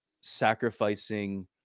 sacrificing